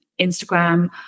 instagram